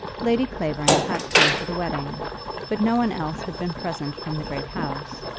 lady clavering had come to the wedding but no one else had been present from the great house.